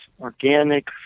organic